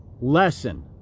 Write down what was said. lesson